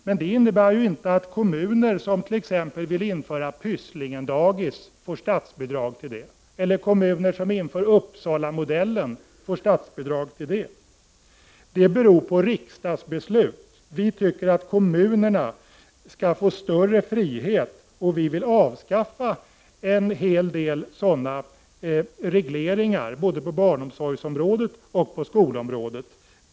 Men det innebär inte att kommuner som t.ex. vill införa Pysslingendagis får statsbidrag till det eller att kommuner som vill ha Uppsalamodellen får statsbidrag till det. Det beror på riksdagsbeslut. Vi tycker att kommunerna skall få större frihet, och vi vill avskaffa en hel del sådana regleringar, både på barnomsorgsområdet och på skolområdet.